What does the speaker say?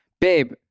babe